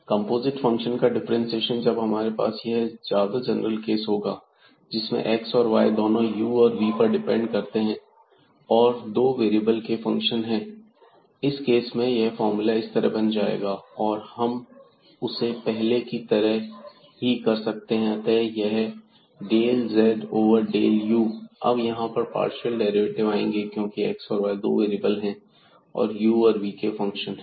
composite function का differentiation जब हमारे पास यह ज्यादा जनरल केस होगा जिसमें x और y दोनों u और v पर डिपेंड करते हैं और दो वेरिएबल के फंक्शन हैं इस केस में यह फार्मूला इस तरह का बन जाएगा और हम उसे पहले की तरह तो कर सकते हैं अतः यह del z over del u अब यहां पर पार्शियल डेरिवेटिव आएंगे क्योंकि x और y दो वेरिएबल u और v के फंक्शन है